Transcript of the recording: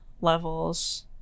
levels